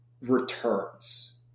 returns